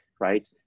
right